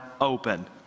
open